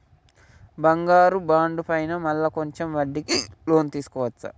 బంగారు బాండు పైన మళ్ళా కొంచెం వడ్డీకి లోన్ తీసుకోవచ్చా?